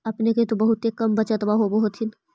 अपने के तो बहुते कम बचतबा होब होथिं?